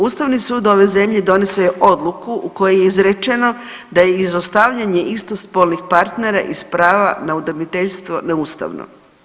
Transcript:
Ustavni sud ove zemlje doneso je odluku u kojoj je izrečeno da je izostavljanje istospolnih partnera iz prava na udomiteljstvo neustavno.